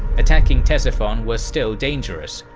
attacking ctesiphon was still dangerous,